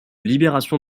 libération